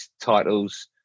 titles